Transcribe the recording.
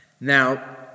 Now